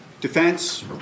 Defense